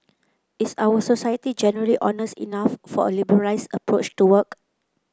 is our society generally honest enough for a liberalised approach to work